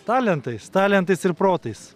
talentais talentais ir protais